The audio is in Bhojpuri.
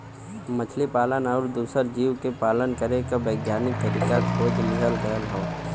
मछली पालन आउर दूसर जीव क पालन करे के वैज्ञानिक तरीका खोज लिहल गयल हौ